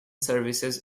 services